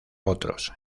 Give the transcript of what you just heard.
otros